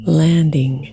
landing